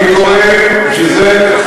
אני קורא בשביל זה,